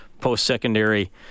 post-secondary